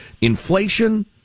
inflation